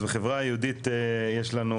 אז בחברה היהודית יש לנו